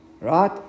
right